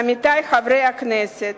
עמיתי חברי הכנסת,